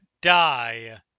die